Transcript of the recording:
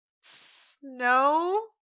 snow